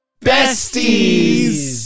besties